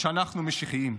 שאנחנו משיחיים.